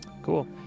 Cool